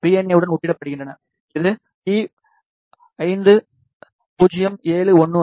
ஏ உடன் ஒப்பிடப்படுகின்றன இது ஈ5071 ஆகும்